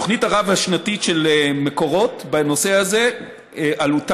התוכנית הרב-שנתית של מקורות בנושא הזה עלותה